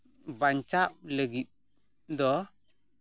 ᱵᱟᱧᱪᱟᱜ ᱞᱟᱹᱜᱤᱫ ᱫᱚ